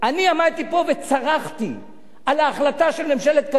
אני עמדתי פה וצרחתי על ההחלטה של ממשלת קדימה